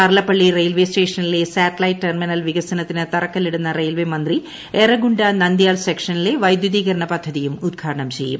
Charlapalli railway സ്റ്റേഷനിലെ satellite terminal വികസനത്തിന് തറക്കല്ലിടുന്ന റെയിൽവെ ്മൃത്തി യെരഗു നന്ദ്യാൽ സെക്ഷനിലെ വൈദ്യുതീകരണ പദ്ധത്തിയും ഉദ്ഘാടനം ചെയ്യും